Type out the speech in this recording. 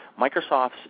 Microsoft's